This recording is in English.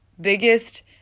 biggest